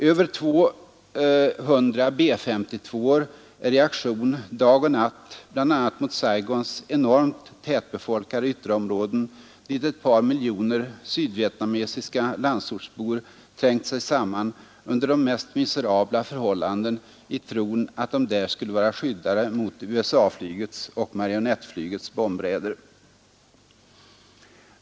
Över 200 B 52:or är i aktion dag och natt bl.a. mot Saigons enormt tätbefolkade ytterområden, dit ett par miljoner sydvietnamesiska landsortsbor trängt sig samman under de mest miserabla förhållanden i tron att de där skulle vara skyddade mot USA-flygets och marionettflygets bombraider.